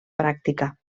pràctica